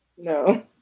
no